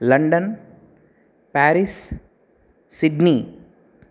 London Paris Sydney